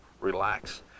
relax